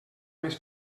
més